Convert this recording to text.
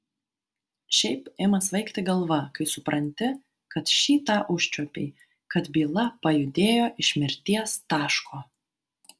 šiaip ima svaigti galva kai supranti kad šį tą užčiuopei kad byla pajudėjo iš mirties taško